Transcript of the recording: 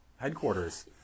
headquarters